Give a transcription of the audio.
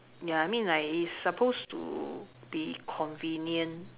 ya I mean like it's supposed to be convenient